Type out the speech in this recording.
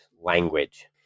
language